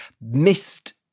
missed